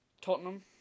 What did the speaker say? Tottenham